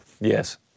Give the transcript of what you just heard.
Yes